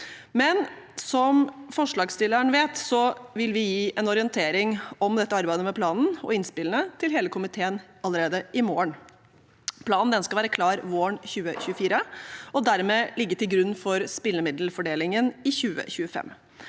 Men som forslagsstilleren vet, vil vi gi en orientering om dette arbeidet med planen og innspillene til hele komiteen allerede i morgen. Planen skal være klar våren 2024 –og dermed ligge til grunn for spillemiddelfordelingen i 2025.